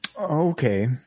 Okay